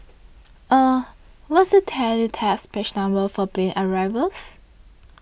eh what's the teletext page number for plane arrivals